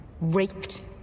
raped